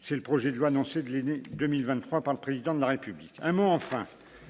c'est le projet de loi annoncé de l'aîné, 2023 par le président de la République, un mot, enfin,